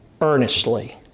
earnestly